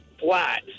flat